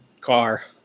car